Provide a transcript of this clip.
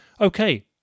okay